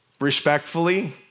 respectfully